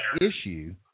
issue